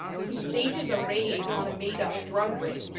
he stages a raid on a made-up drug ring,